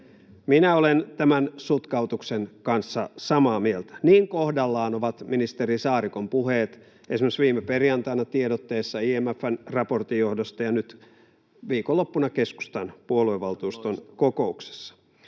Minä olen tämän sutkautuksen kanssa samaa mieltä, niin kohdallaan ovat ministeri Saarikon puheet olleet esimerkiksi viime perjantaina tiedotteessa IMF:n raportin johdosta ja nyt viikonloppuna keskustan puoluevaltuuston kokouksessa.